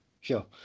Sure